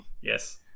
Yes